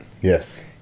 Yes